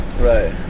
right